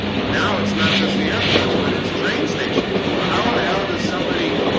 and now it's not just the airports, but its train stations. well how in the hell does somebody?